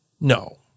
No